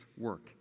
work